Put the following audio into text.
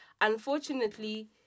unfortunately